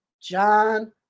John